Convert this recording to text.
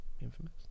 Infamous